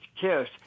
Kiss